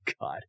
God